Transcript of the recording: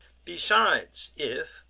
besides, if,